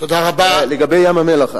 לגבי ים-המלח,